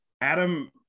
Adam